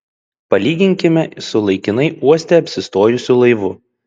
palyginkime su laikinai uoste apsistojusiu laivu